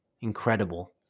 incredible